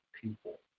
people